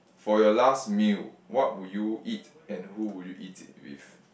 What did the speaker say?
for your last meal what will you eat and who will you eat it with